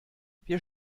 wir